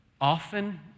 Often